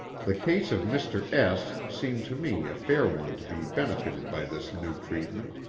the case of mr. s seemed to me a fair one to be benefited by this new treatment,